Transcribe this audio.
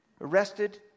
arrested